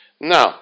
Now